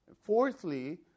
Fourthly